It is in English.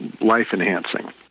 life-enhancing